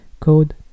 Code